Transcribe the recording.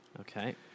Okay